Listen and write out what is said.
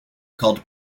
called